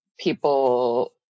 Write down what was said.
people